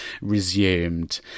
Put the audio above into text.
resumed